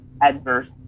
adverse